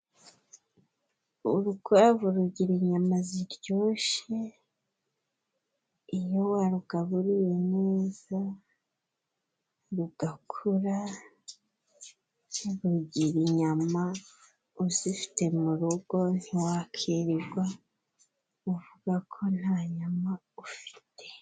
Urukwavu rugira inyama ziryoshe iyo warugaburiye neza rugakura rugira nyama，uzifite mu rugo ntiwakirirwa uvuga ko nta nyama ufite．